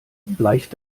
bleicht